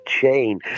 chain